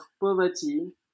poverty